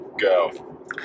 go